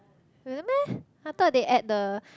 really meh I thought they add the